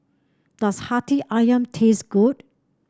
does Hati ayam taste good